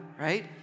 right